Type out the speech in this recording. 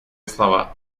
слова